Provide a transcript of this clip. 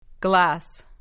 Glass